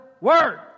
word